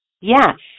yes